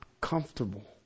comfortable